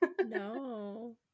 no